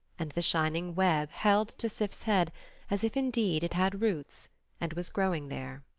and the shining web held to sif's head as if indeed it had roots and was growing there.